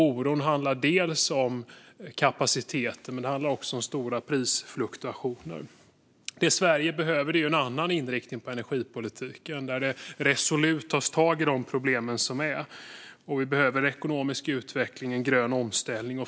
Oron handlar dels om kapaciteten, dels om stora prisfluktuationer. Det som Sverige behöver är en annan inriktning på energipolitiken, där det resolut tas tag i de problem som finns. Vi behöver ekonomisk utveckling och en grön omställning.